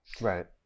right